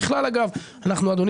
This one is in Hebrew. יש